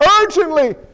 Urgently